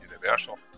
Universal